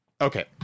Okay